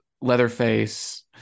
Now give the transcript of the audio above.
Leatherface